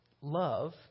love